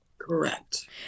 Correct